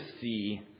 see